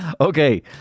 Okay